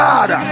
God